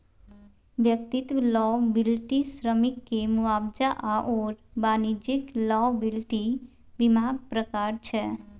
व्यक्तिगत लॉयबिलटी श्रमिककेँ मुआवजा आओर वाणिज्यिक लॉयबिलटी बीमाक प्रकार छै